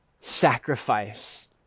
sacrifice